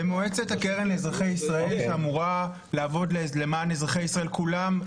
במועצת הקרן לאזרחי ישראל שאמורה לעבוד למען אזרחי ישראל כולם,